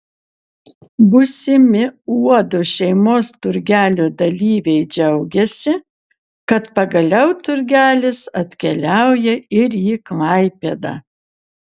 būsimi uodo šeimos turgelio dalyviai džiaugiasi kad pagaliau turgelis atkeliauja ir į klaipėdą